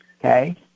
okay